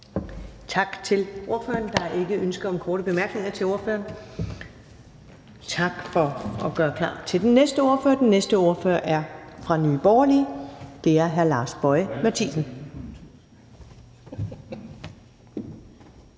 Tak til ordføreren. Der er ikke ønsker om korte bemærkninger til ordføreren. Tak for at gøre klar til den næste ordfører. Den næste ordfører er fra Nye Borgerlige. Det er hr. Lars Boje Mathiesen.